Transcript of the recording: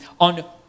on